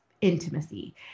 intimacy